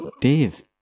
Dave